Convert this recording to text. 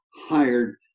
hired